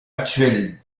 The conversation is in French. actuels